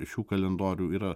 šių kalendorių yra